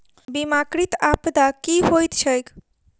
बीमाकृत आपदा की होइत छैक?